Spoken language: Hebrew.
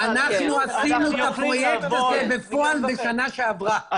אנחנו עשינו את הפרויקט הזה בפועל בשנה שעברה,